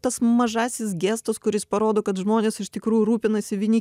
tas mažasis gestas kuris parodo kad žmonės iš tikrųjų rūpinasi vieni